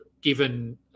given